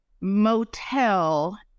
motel